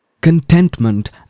contentment